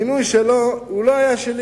המינוי שלו לא היה שלי,